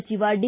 ಸಚಿವ ಡಿ